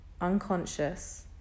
unconscious